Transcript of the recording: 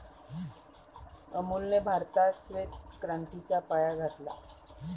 अमूलने भारतात श्वेत क्रांतीचा पाया घातला